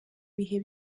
bihe